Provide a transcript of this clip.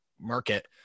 market